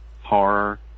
horror